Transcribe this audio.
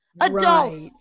adults